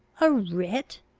a writ?